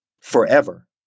forever